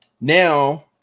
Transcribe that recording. now